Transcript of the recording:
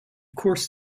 course